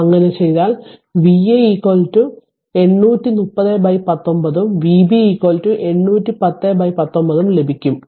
അങ്ങനെ ചെയ്താൽVa 830 19 ഉം Vb 810 19 ഉം ലഭിക്കും